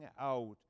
out